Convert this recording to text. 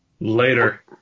Later